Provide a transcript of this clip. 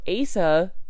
Asa